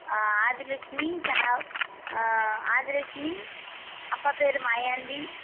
ஆ Adilakshmi son ஆ ஆதிலக்ஷ்மி அப்பா பேர் மாயாண்டி